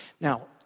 Now